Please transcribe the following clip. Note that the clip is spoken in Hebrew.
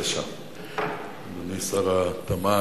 אדוני שר התמ"ת,